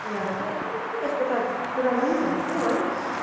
एघार सौ आमामामा यसको त सुरुवाल पनि छ कि क्या हो है